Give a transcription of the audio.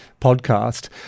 podcast